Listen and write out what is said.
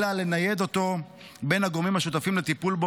אלא לנייד אותו בין הגורמים השותפים לטיפול בו